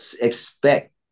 expect